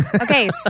Okay